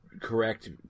correct